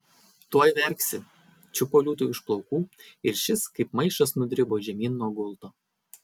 tuoj verksi čiupo liūtui už plaukų ir šis kaip maišas nudribo žemyn nuo gulto